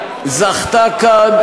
זכתה כאן